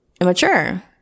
immature